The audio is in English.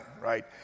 right